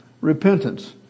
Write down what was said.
repentance